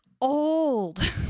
old